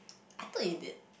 I thought you did